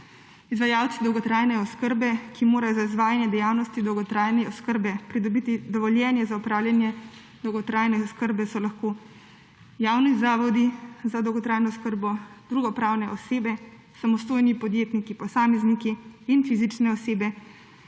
Izvajalci dolgotrajne oskrbe, ki morajo za izvajanje dejavnosti dolgotrajne oskrbe pridobiti dovoljenje za opravljanje dolgotrajne oskrbe, so lahko javni zavodi za dolgotrajno oskrbo, druge pravne osebe, samostojni podjetniki posamezniki in fizične osebe,